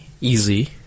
easy